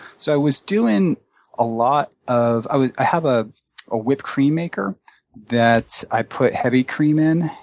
so i was doing a lot of i have a a whipped cream maker that i put heavy cream in,